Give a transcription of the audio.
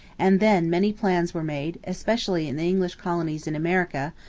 and then many plans were made, especially in the english colonies in america,